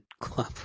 club